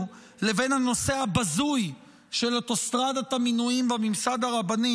לבין הנושא הבזוי של אוטוסטרדת המינויים בממסד הרבני,